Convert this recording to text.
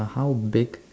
how big